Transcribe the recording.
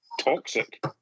toxic